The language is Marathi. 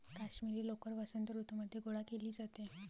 काश्मिरी लोकर वसंत ऋतूमध्ये गोळा केली जाते